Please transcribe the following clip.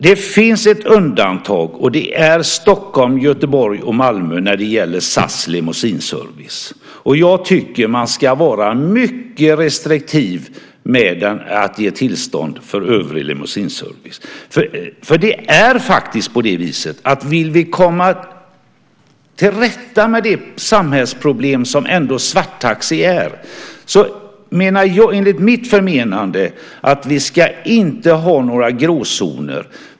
Det finns ett undantag, och det är Stockholm, Göteborg och Malmö när det gäller SAS limousineservice. Jag tycker att man ska vara mycket restriktiv med att ge tillstånd för övrig limousineservice. Vill vi komma till rätta med det samhällsproblem som svartaxi ändå är ska vi enligt mitt förmenande inte ha några gråzoner.